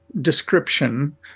description